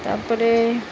ତା'ପରେ